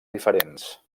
diferents